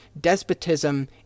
despotism